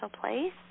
place